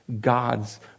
God's